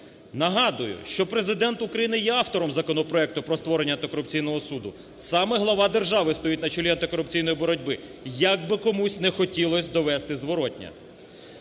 Нагадую, що Президент України є автором законопроекту про створення антикорупційного суду, саме глава держави стоїть на чолі антикорупційної боротьби, як би комусь не хотілось довести зворотне.